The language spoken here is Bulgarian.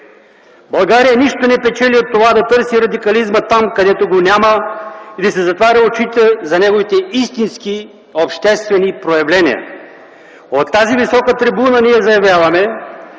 България нищо не печели от това да търси радикализма там, където го няма и да си затваря очите за неговите истински обществени проявления. От тази висока трибуна ние заявяваме,